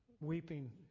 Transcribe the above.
weeping